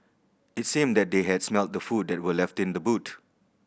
it seemed that they had smelt the food that were left in the boot